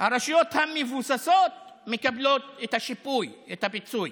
הרשויות המבוססות מקבלות את השיפוי, את הפיצוי,